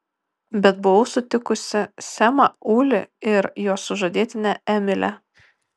bet buvau sutikusi semą ulį ir jo sužadėtinę emilę